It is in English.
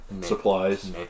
supplies